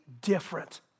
different